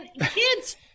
kids